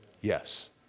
Yes